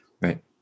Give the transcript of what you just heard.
right